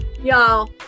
y'all